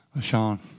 Sean